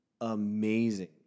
amazing